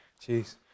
jeez